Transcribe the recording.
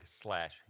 slash